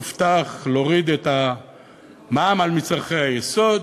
הובטח להוריד את המע"מ על מצרכי היסוד,